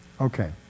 Okay